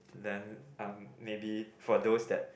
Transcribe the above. then um maybe for those that